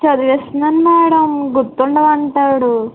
చదివిస్తున్నాను madam గుర్తుండదంటాడు